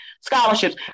scholarships